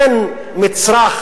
אין מצרך,